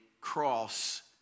cross